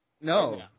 No